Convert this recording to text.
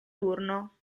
turno